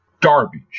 garbage